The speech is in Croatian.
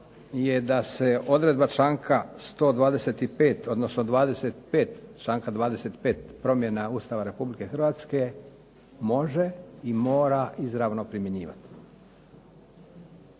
je da se odredba članka 125. odnosno članka 25. promjena Ustava Republike Hrvatske može i mora izravno primjenjivati.